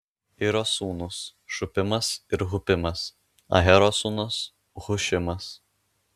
iro sūnūs šupimas ir hupimas ahero sūnus hušimas